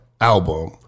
album